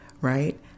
right